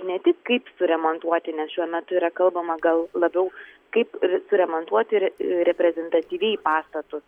ne tik kaip suremontuoti nes šiuo metu yra kalbama gal labiau kaip suremontuoti ir reprezentatyviai pastatus